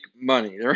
money